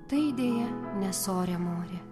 tai deja ne sorė morė